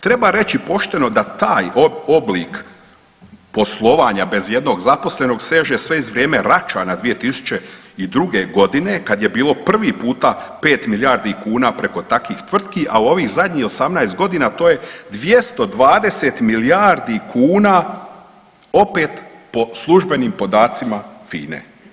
Treba reći pošteno da taj oblik poslovanja bez ijednog zaposlenog seže sve iz vrijeme Račana 2002. godine kad je bilo prvi puta 5 milijardi kuna preko takvih tvrtki, a u ovih zadnjih 18 godina to je 220 milijardi kuna opet po službenim podacima FINE.